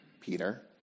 Peter